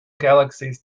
galaxies